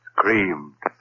Screamed